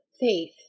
faith